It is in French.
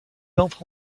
entre